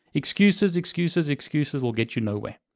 excuses, excuses, excuses will get you nowhere.